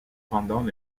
pendant